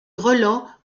roland